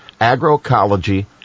agroecology